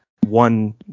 one